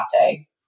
latte